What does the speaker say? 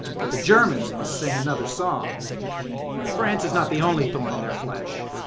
but the germans must sing another song france is not the only thorn in their flesh.